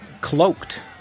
cloaked